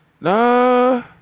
No